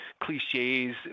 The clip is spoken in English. cliches